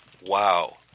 Wow